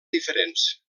diferents